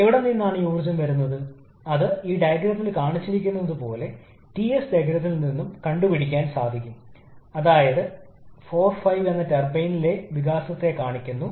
അതിനാൽ ഇവിടെ നമ്മൾ n സൂചിപ്പിച്ചതുപോലെ ഇത് ഐസന്റ്രോപിക് പ്രക്രിയയല്ല പകരം നമ്മൾ ഇതിനെ ഒരു പോളിട്രോപിക് പ്രക്രിയയായി പരിഗണിക്കും